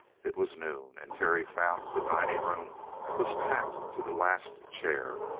it was noon, and terry found that the dining room was packed to the last chair.